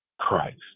Christ